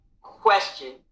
question